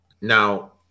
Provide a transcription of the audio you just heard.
Now